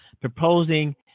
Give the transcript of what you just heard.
Proposing